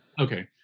Okay